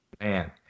Man